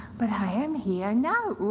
but i am here now.